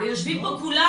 יושבים פה כולם